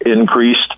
increased